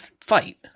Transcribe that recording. fight